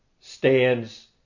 stands